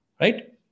Right